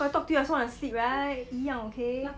I talk to you I also want to sleep right 一样 okay